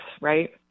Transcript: right